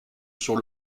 sur